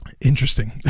Interesting